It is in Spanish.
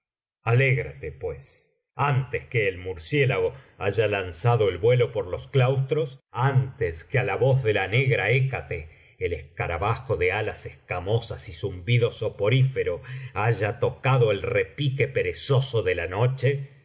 alégrate pues antes que el murciélago haya lanzado el vuelo por los claustros antes que á la voz de la negra hécate el escarabajo de alas escamosas y zumbido soporífero haya tocado el repique perezoso de la noche